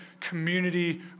community